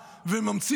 מס'